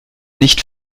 nicht